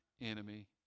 enemy